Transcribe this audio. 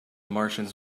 martians